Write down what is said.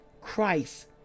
Christ